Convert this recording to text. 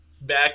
back